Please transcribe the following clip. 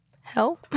Hell